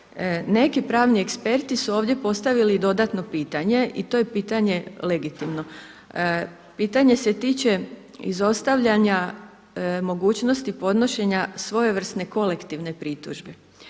Neki pravni eksperti su ovdje postavili i dodatno pitanje i to je pitanje legitimno. Pitanje se tiče izostavljanja mogućnosti podnošenja svojevrsne kolektivne pritužbe